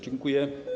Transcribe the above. Dziękuję.